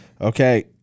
Okay